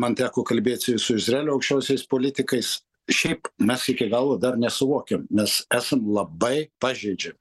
man teko kalbėt ir su izraelio aukščiausiais politikais šiaip mes iki galo dar nesuvokiam mes esam labai pažeidžia